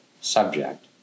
subject